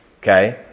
Okay